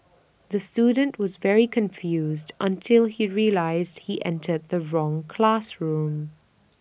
the student was very confused until he realised he entered the wrong classroom